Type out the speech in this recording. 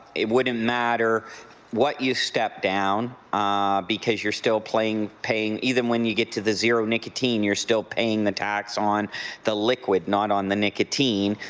it wouldn't matter what you step down because you're still paying, even when you get to the zero nicotine, you're still paying the tax on the liquid, not on the nicotine.